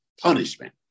punishment